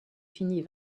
finit